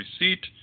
receipt